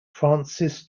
francis